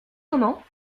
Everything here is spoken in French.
comment